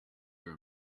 your